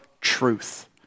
truth